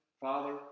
father